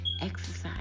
exercise